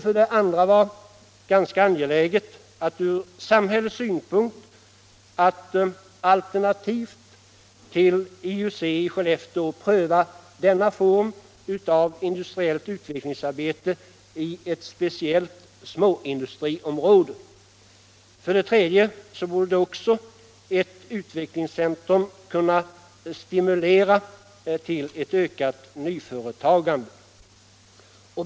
För det andra borde det vara angeläget ur samhällets synpunkt att alternativt till IUC i Skellefteå pröva denna form av industriellt utvecklingsarbete i ett speciellt småindustriområde. För det tredje borde också ett utvecklingscentrum kunna stimulera till ett ökat nyföretagande.